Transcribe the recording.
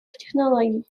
технологий